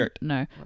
No